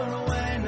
away